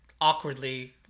awkwardly